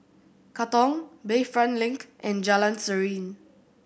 Katong Bayfront Link and Jalan Serene